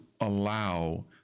allow